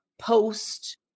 post